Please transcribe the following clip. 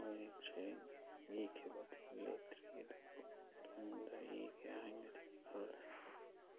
ꯋꯥꯔꯦꯡ ꯁꯩꯔꯦꯡ ꯏꯈꯤꯕꯗꯤ ꯂꯩꯇ꯭ꯔꯤ ꯑꯗꯨꯕꯨ ꯇꯨꯡꯗ ꯏꯒꯦ ꯍꯥꯏꯅꯗꯤ ꯈꯜꯂꯤ